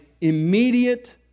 immediate